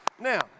Now